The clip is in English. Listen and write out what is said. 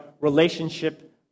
relationship